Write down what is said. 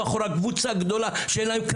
סליחה, סליחה.